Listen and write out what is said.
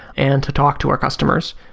and to talk to our customers.